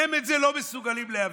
הם את זה לא מסוגלים להבין,